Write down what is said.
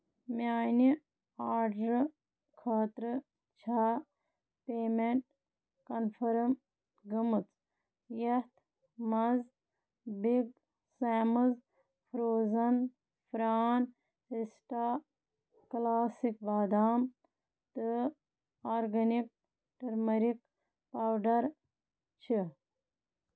میانہِ آرڈرٕ آرڈرٕ چھا پیمیٚنٹ کنفٔرم گٔمٕژ یتھ مَنٛز big Sam's frozen prawn rista classic بادام تہٕ آرگینِک ٹٔرمٔرِک پاوڈر چھ؟